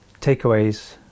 takeaways